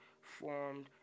formed